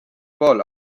pool